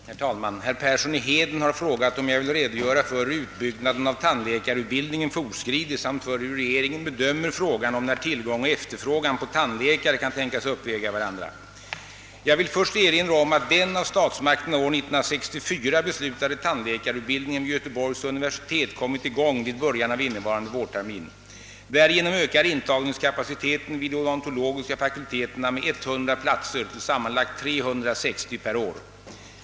Herr talman! Herr Persson i Heden har frågat om jag vill redogöra för hur utbyggnaden av tandläkarutbildningen fortskridit samt för hur regeringen bedömer frågan om när tillgång och efterfrågan på tandläkare kan tänkas uppväga varandra. Jag vill först erinra om att den av statsmakterna år 1964 beslutade tandläkarutbildningen vid Göteborgs universitet kommit i gång vid början av innevarande vårtermin. Därigenom ökar intagningskapaciteten vid de odontologiska fakulteterna med 100 platser till sammanlagt 360 per år.